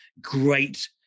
great